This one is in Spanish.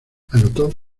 anotó